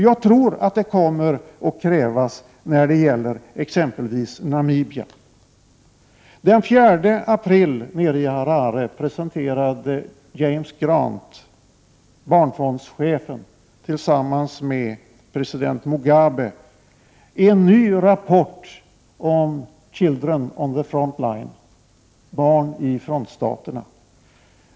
Jag tror att att det kommer att krävas när det gäller exempelvis Namibia. James Grant, barnfondschefen, presenterade den 4 april nere i Harare tillsammans med president Mugabe en ny rapport om Children on the Front Line — barn i frontstaterna.